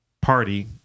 party